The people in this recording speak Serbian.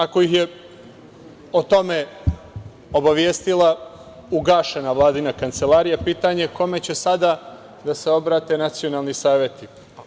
Ako ih je o tome obavestila ugašena Vladina kancelarija, pitanje je kome će sada da se obrate nacionalni saveti?